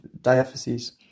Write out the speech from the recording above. diaphyses